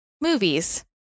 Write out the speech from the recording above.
movies